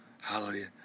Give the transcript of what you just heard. Hallelujah